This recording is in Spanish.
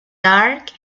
dark